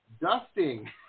Dusting